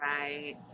right